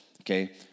Okay